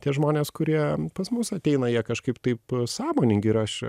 tie žmonės kurie pas mus ateina jie kažkaip taip sąmoningi ir aš